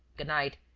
good night.